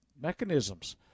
mechanisms